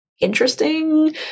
interesting